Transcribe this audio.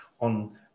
on